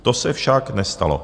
To se však nestalo.